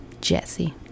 Jesse